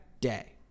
day